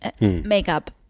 makeup